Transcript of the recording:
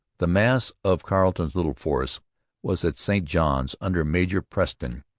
the mass of carleton's little force was at st johns under major preston,